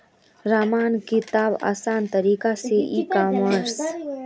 सामान किंवार आसान तरिका छे ई कॉमर्स